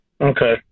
Okay